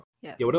Yes